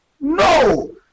No